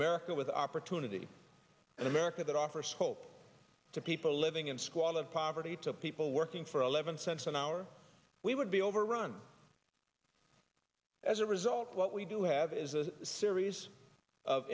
america with opportunity an america that offers hope to people living in squalid poverty to people working for eleven cents an hour we would be overrun as a result what we do have is a series of